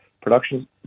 production